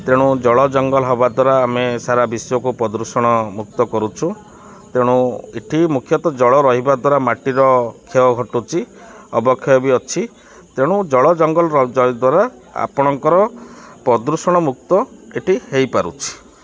ତେଣୁ ଜଳ ଜଙ୍ଗଲ ହେବା ଦ୍ୱାରା ଆମେ ସାରା ବିଶ୍ୱକୁ ପ୍ରଦୂଷଣ ମୁକ୍ତ କରୁଛୁ ତେଣୁ ଏଇଠି ମୁଖ୍ୟତଃ ଜଳ ରହିବା ଦ୍ୱାରା ମାଟିର କ୍ଷୟ ଘଟୁଛି ଅବକ୍ଷୟ ବି ଅଛି ତେଣୁ ଜଳ ଜଙ୍ଗଲ ଆପଣଙ୍କର ପ୍ରଦୂଷଣ ମୁକ୍ତ ଏଇଠି ହୋଇପାରୁଛି